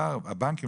הבנקים,